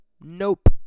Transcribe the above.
Nope